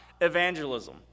evangelism